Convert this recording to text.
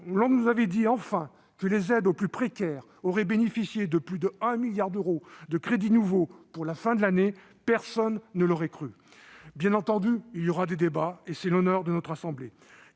l'on nous avait dit, enfin, que les aides aux plus précaires auraient bénéficié de plus de 1 milliard d'euros de crédits nouveaux pour la fin de l'année, personne ne l'aurait cru. Bien entendu, il y aura des débats ; c'est l'honneur de notre assemblée,